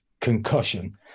concussion